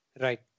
Right